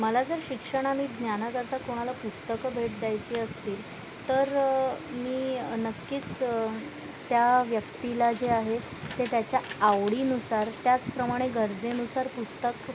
मला जर शिक्षण आणि ज्ञानाकरिता कोणाला पुस्तकं भेट द्यायची असतील तर मी नक्कीच त्या व्यक्तीला जे आहेत ते त्याच्या आवडीनुसार त्याचप्रमाणे गरजेनुसार पुस्तक